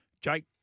Jake